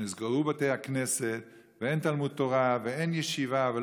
שנסגרו בתי הכנסת ואין תלמוד תורה ואין ישיבה: